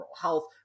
health